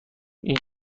این